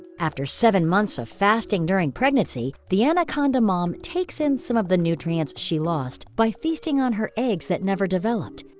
after seven months of fasting during pregnancy, the anaconda mom takes in some of the nutrients she lost by feasting on her eggs that never developed,